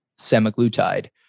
semaglutide